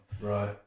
Right